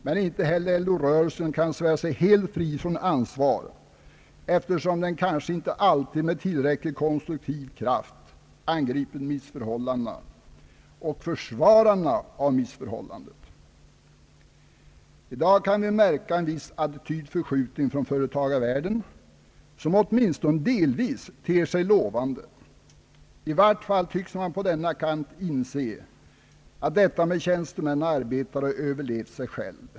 Men inte heller LO-rörelsen kan svära sig helt fri från ansvar, eftersom den kanske inte alltid med tillräckligt konstruktiv styrka har angripit missförhållandena och försvararna av missförhållandena, I dag kan vi märka en viss attitydförskjutning från företagarvärlden som åtminstone delvis ter sig lovande. I vart fall tycks man på denna kant inse att detta med tjänstemän och arbetare överlevt sig självt.